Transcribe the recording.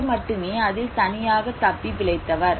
அவர் மட்டுமே அதில் தனியாக தப்பிப் பிழைத்தவர்